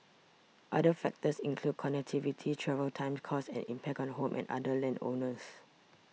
other factors include connectivity travel times costs and impact on home and other land owners